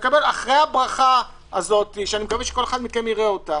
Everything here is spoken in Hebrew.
אחרי הברכה הזו, שאני מקווה שכל אחד מכם יראה אותה